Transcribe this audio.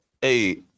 Hey